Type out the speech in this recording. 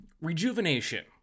rejuvenation